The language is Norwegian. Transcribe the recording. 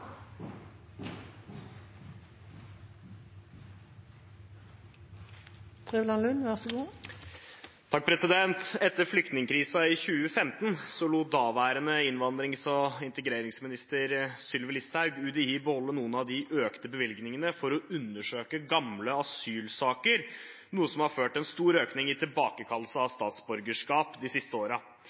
Etter flyktningkrisen i 2015 lot daværende innvandrings- og integreringsminister Sylvi Listhaug UDI beholde noen av de økte bevilgningene for å undersøke gamle asylsaker, noe som har ført til en stor økning i tilbakekallelse av statsborgerskap de siste